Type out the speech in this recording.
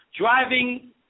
driving